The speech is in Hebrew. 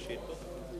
שאילתא מס'